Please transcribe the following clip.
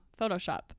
Photoshop